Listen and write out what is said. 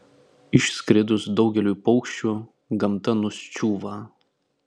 išskridus daugeliui paukščių gamta nuščiūva